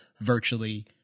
virtually